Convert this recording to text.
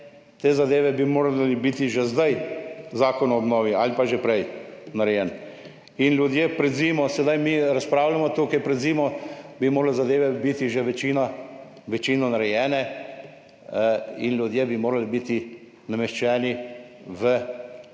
te zadeve bi morale biti že zdaj, zakon o obnovi, ali pa že prej narejen. In ljudje pred zimo, sedaj mi razpravljamo tukaj pred zimo, bi morale zadeve biti že večino, večino narejene in ljudje bi morali biti nameščeni v,